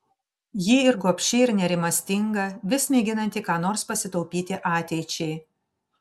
ji ir gobši ir nerimastinga vis mėginanti ką nors pasitaupyti ateičiai